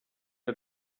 que